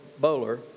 Bowler